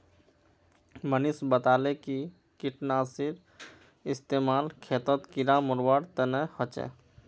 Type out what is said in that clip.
मनीष बताले कि कीटनाशीर इस्तेमाल खेतत कीड़ा मारवार तने ह छे